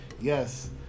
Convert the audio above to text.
yes